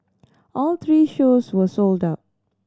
all three shows were sold out